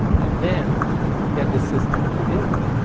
and then we had the system predict